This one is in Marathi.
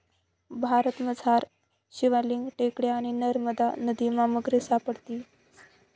भारतमझार शिवालिक टेकड्या आणि नरमदा नदीमा मगरी सापडतीस